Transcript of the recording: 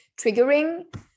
triggering